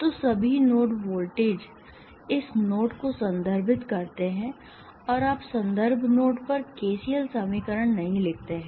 तो सभी node voltage इस नोड को संदर्भित करते हैं और आप संदर्भ नोड पर केसीएल समीकरण नहीं लिखते हैं